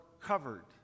covered